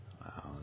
wow